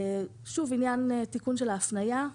שוב עניין תיקון של ההפניה.